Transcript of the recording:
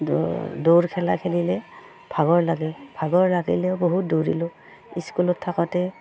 দৌ দৌৰ খেলা খেলিলে ভাগৰ লাগে ভাগৰ লাগিলেও বহুত দৌৰিলোঁ স্কুলত থাকোঁতে